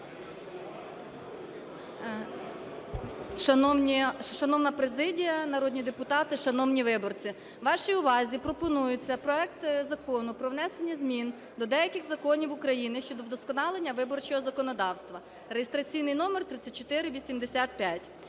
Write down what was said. Шановна президія, народні депутати, шановні виборці, вашій увазі пропонується проект Закону про внесення змін до деяких законів України щодо вдосконалення виборчого законодавства (реєстраційний номер 3485).